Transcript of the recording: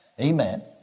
Amen